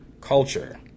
culture